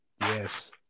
Yes